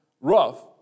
rough